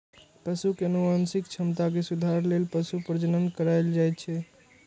पशु के आनुवंशिक क्षमता मे सुधार लेल पशु प्रजनन कराएल जाइ छै